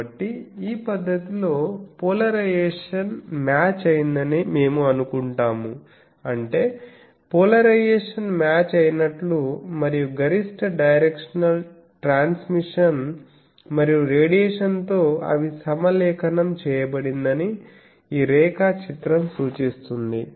కాబట్టి ఈ పద్ధతిలో పోలరైజేషన్ మ్యాచ్ అయిందని మేము అనుకుంటాము అంటే పోలరైజేషన్ మ్యాచ్ అయినట్లు మరియు గరిష్ట డైరెక్షనల్ ట్రాన్స్మిషన్ మరియు రేడియేషన్తో అవి సమలేఖనం చేయబడిందని ఈ రేఖాచిత్రం సూచిస్తుంది